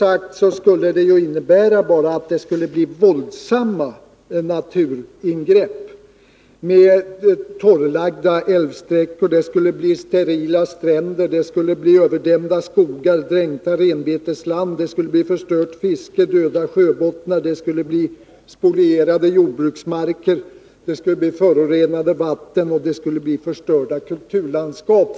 Det skulle, för att kortfattat nämna några av skadeverkningarna, innebär våldsamma naturingrepp med torrlagda älvsträckor, sterila stränder, överdämda skogar, dränkta renbetesland, förstört fiske, döda sjöbottnar, spolierade jordbruksmarker, förorenade vatten och förstörda kulturlandskap.